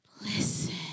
Listen